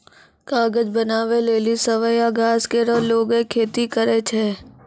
कागज बनावै लेलि सवैया घास केरो लोगें खेती करै छै